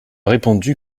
répondu